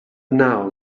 now